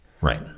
Right